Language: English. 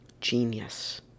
genius